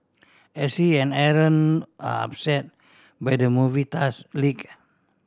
as he and Aaron upset by the movie task leak